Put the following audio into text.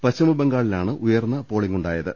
പശ്ചിമ ബംഗാ ളിലാണ് ഉയർന്ന പോളിങ്ങുണ്ടായത്